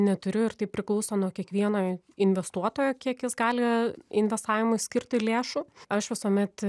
neturiu ir tai priklauso nuo kiekvieno investuotojo kiek jis gali investavimui skirti lėšų aš visuomet